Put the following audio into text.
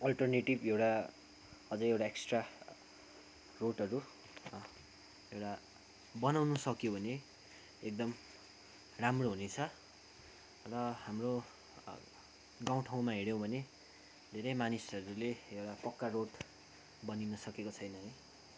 alternative एउटा अझै एउटा एक्सट्रा रोडहरू एउटा बनाउनु सक्यो भने एकदम राम्रो हुनेछ र हाम्रो गाउँ ठाउँमा हेऱ्यौँ भने धेरै मानिसहरूले एउटा पक्का रोड बनिन सकेको छैन है